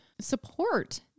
support